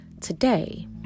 Today